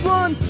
one